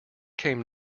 came